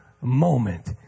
moment